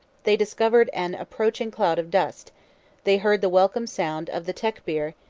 they discovered an approaching cloud of dust they heard the welcome sound of the tecbir,